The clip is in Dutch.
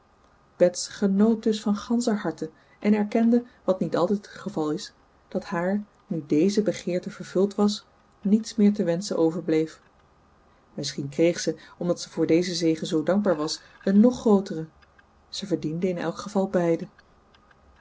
genoot dus van ganscher harte en erkende wat niet altijd het geval is dat haar nu deze begeerte vervuld was niets meer te wenschen overbleef misschien kreeg ze omdat ze voor dezen zegen zoo dankbaar was een nog grootere ze verdiende in elk geval beiden